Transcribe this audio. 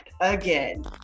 again